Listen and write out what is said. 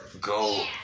go